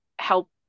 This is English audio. help